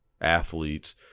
athletes